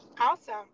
Awesome